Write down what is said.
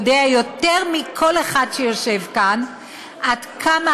יודע יותר מכל אחד שיושב כאן עד כמה